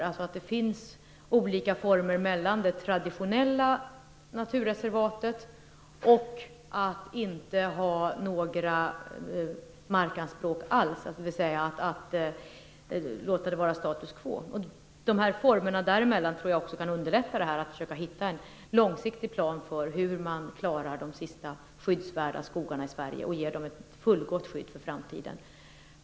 Det bör finnas olika former mellan det traditionella naturreservatet och att inte ha några markanspråk alls, dvs. att låta det vara status quo. Jag tror att formerna däremellan kan underlätta när man försöker hitta en långsiktig plan för hur man skall klara de sista skyddsvärda skogarna i Sverige och ge dem ett fullgott skydd för framtiden.